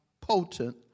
potent